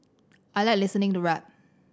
I like listening to rap